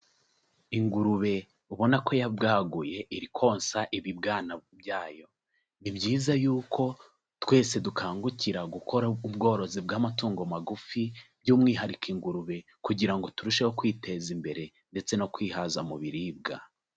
Ingurube ubona ko yabwaguye iri konsa ibibwana byayo, ni byiza yuko twese dukangukira gukora ubworozi bw'amatungo magufi by'umwihariko ingurube kugira ngo turusheho kwiteza imbere ndetse no kwihaza mu biribwa.